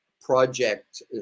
project